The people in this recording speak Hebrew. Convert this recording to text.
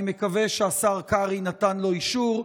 אני מקווה שהשר קרעי נתן לו אישור.